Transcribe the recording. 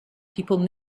people